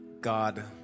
God